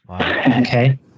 Okay